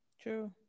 true